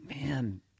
man